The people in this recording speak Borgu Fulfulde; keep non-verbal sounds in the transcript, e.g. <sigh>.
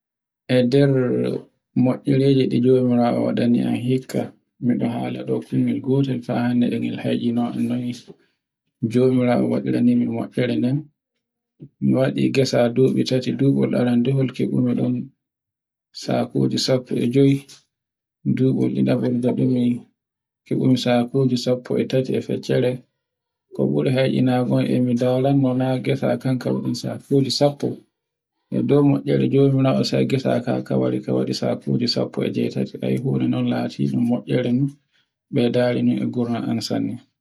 E nder moiireje de jomirawoo waɗaniyam hikka, miɗo hala ɗo kunyal gotel faa hande e ɗe ngel e heki non an noy jomirawoo <noise> waɗarini min moeere nden. Mi waɗi ngesa dubi tati. Dubol arandehol kebumi ɗon <noise> sakuji sappo e jewe. Dubol ɗiɗahol ngaɗumi <noise> kebumi sakuji sappo e tati e feccere. <noise> ko buri e eccinagon e mi ndarangol na gesa kan kawaɗi sakuji sappo, e dow moeere jomirawoo sai gesa ka kawari ka waɗi sakuji sappo <noise> e jewetati ayi fu na non lati moeere beydare ni e gurnan an sanne.